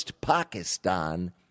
Pakistan